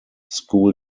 school